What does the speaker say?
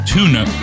Tuna